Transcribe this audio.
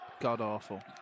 god-awful